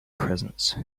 presence